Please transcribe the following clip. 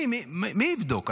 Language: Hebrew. מי יבדוק?